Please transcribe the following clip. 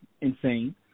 Insane